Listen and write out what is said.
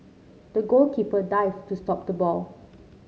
the goalkeeper dived to stop the ball